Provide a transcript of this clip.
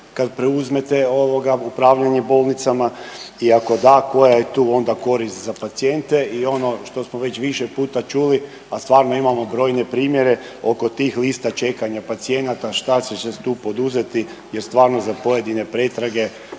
kad preuzmete upravljanje bolnicama i ako da koja je tu onda korist za pacijente. I ono što smo već više puta čuli, a stvarno imamo brojne primjere oko tih lista čekanja pacijenata šta će se tu poduzeti, jer stvarno za pojedine pretrage